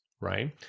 right